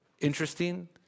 interesting